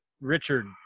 Richard